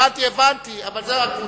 הבנתי, הבנתי, אבל זאת הקבוצה.